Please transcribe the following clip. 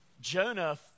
Jonah